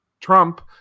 Trump